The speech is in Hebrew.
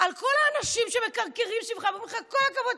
על כל האנשים שמכרכרים סביבך ואומרים לך: כל הכבוד,